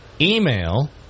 Email